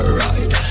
right